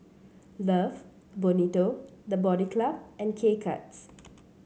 Love Bonito The Body Club and K Cuts